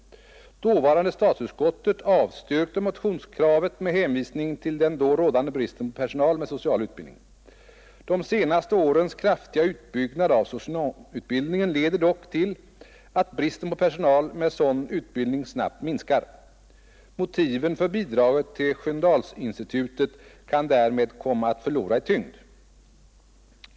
Dåvarande statsutskottet avstyrkte motionskravet med hänvisning till den då rådande bristen på personal med social utbildning. De senaste årens kraftiga utbyggnad av socionomutbildningen leder dock till att bristen på personal med sådan utbildning snabbt minskar. Motiven för bidraget till Sköndalsinstitutet kan därmed komma att förlora i tyngd.